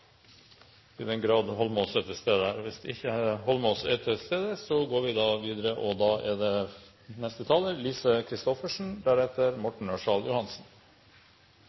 Holmås er til stede. Da går vi videre til neste taler, Lise Christoffersen – deretter Morten Ørsal Johansen.